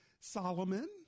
Solomon